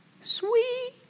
Sweet